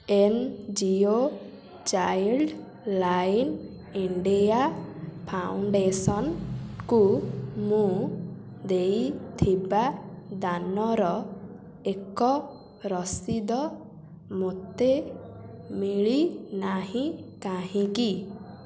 N G O child line India ଫାଉଣ୍ଡେସନ୍କୁ ମୁଁ ଦେଇଥିବା ଦାନର ଏକ ରସିଦ୍ ମୋତେ ମିଳିନାହିଁ କାହିଁକି